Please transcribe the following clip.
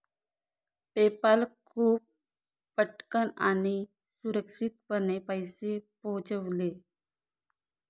PayPal खूप पटकन आणि सुरक्षितपणे पैसे पोहोचविते